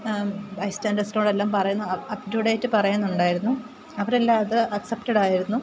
ബൈസ്റ്റാൻഡേഴ്സിനോടെല്ലാം പറയുന്നു up up to date പറയുന്നുണ്ടായിരുന്നു അവരെല്ലാം അത് അക്സെപ്റ്റഡായിരുന്നു